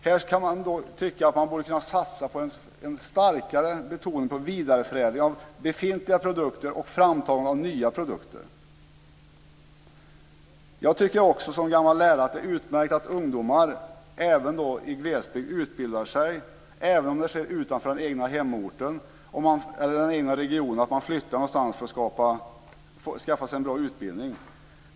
Här kan man då tycka att man borde kunna satsa på en starkare betoning på vidareförädling av befintliga produkter och framtagande av nya produkter. Som gammal lärare tycker jag också att det är utmärkt att ungdomar även i glesbygd utbildar sig, även om det sker utanför den egna hemorten eller den egna regionen, att de flyttar någonstans för att skaffa sig en bra utbildning.